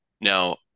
now